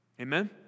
Amen